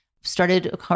started